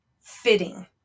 fitting